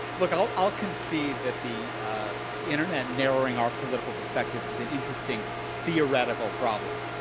look, i'll i'll concede that the internet narrowing our political perspectives is an interesting theoretical problem.